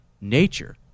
Nature